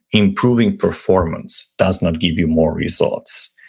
improving performance does not give you more results.